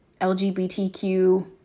LGBTQ